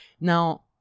Now